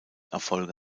erfolge